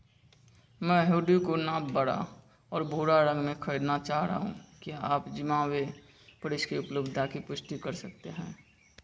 मैं हूडी को नाप बड़ा और भूरा रंग में खरीदना चाह रहा हूँ क्या आप ज़िमावे पर इसकी उपलब्धता की पुष्टि कर सकते हैं